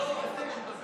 לא, אל תיתן לו לדבר.